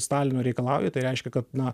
stalinu reikalauji tai reiškia kad na